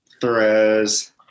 throws